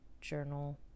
journal